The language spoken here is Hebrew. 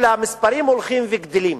אלא המספרים הולכים וגדלים.